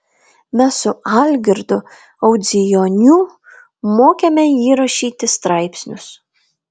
mes su algirdu audzijoniu mokėme jį rašyti straipsnius